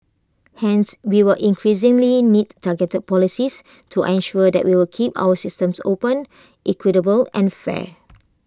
hence we will increasingly need targeted policies to ensure that we keep our systems open equitable and fair